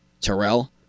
Terrell